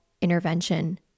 intervention